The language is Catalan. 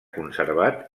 conservat